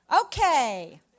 Okay